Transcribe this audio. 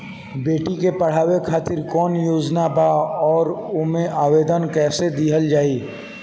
बेटी के पढ़ावें खातिर कौन योजना बा और ओ मे आवेदन कैसे दिहल जायी?